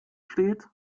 steht